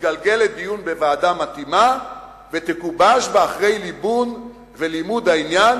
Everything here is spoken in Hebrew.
תתגלגל לדיון בוועדה מתאימה ותגובש בה אחרי ליבון ולימוד העניין,